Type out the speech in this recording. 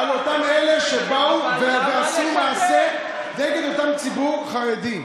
על אותם אלה שבאו ועשו מעשה נגד אותו ציבור חרדי,